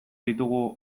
ditugu